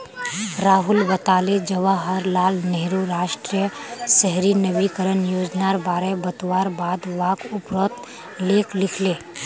राहुल बताले जवाहर लाल नेहरूर राष्ट्रीय शहरी नवीकरण योजनार बारे बतवार बाद वाक उपरोत लेख लिखले